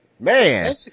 man